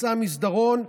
מקצה המסדרון,